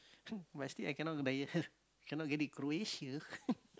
but still cannot cannot get it Croatia